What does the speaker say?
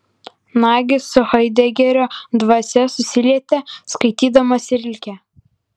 nagys su haidegerio dvasia susilietė skaitydamas rilkę